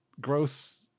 gross